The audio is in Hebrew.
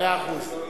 מאה אחוז.